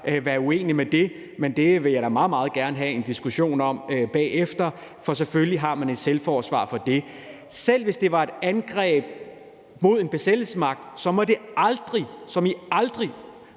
være uenige i det, men det vil jeg da meget, meget gerne have en diskussion om bagefter. For selvfølgelig har man et selvforsvar. Selv hvis det var et angreb mod en besættelsesmagt, må det aldrig – som i aldrig